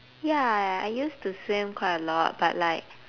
ya I used to swim quite a lot but like